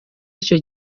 icyo